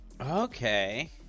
okay